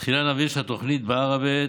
תחילה נבין שהתוכנית בעראבה,